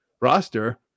roster